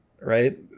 right